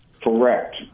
Correct